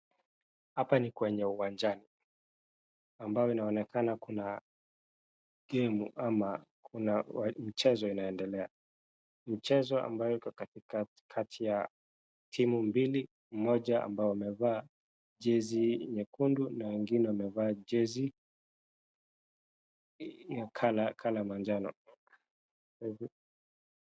Hapa ni kwenye uwanjani ambao inaonekana kuna game au kuna mchezo inandelea. Mchezo ambayo iko kati ya timu mbili, moja amabo wamevaa jezi nyekundu na ingine wamevaa jezi ya colour manjano.